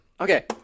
okay